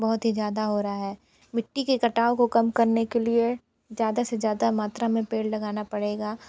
बहुत ही ज़्यादा हो रहा है मिट्टी के कटाव को कम करने के लिए ज़्यादा से ज़्यादा मात्रा में पेड़ लगाना पड़ेगा